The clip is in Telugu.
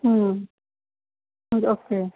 ఓకే